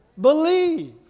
Believe